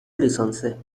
لیسانسه